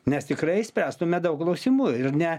nes tikrai išspręstume daug klausimų ir ne